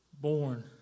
Born